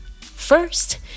first